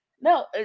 No